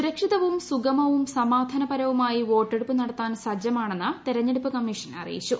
സുരക്ഷിതവും സുഗമവും സമാധാനപരവുമായി വോട്ടെടുപ്പ് നടത്താൻ സജ്ജമാണെന്ന് തെരഞ്ഞെടുപ്പ് കമ്മീഷൻ അറിയിച്ചു